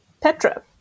Petra